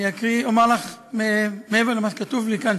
אני אומר לך מעבר לתשובה שכתובה לי כאן,